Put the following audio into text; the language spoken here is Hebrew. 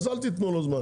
אז אל תיתנו לו זמן,